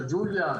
ג'לג'וליה,